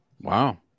Wow